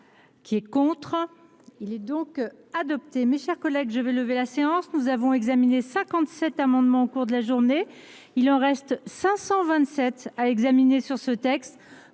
l’article 1 D, modifié. Mes chers collègues, je vais lever la séance. Nous avons examiné 57 amendements au cours de la journée. Il en reste 527 à examiner sur ce texte.